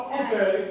okay